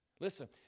Listen